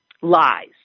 lies